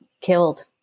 killed